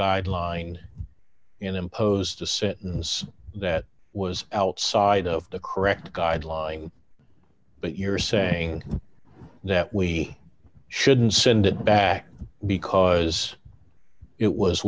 guideline in imposed a sentence that was outside of the correct guideline but you're saying that we shouldn't send it back because it was